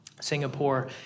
Singapore